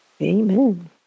Amen